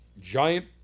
giant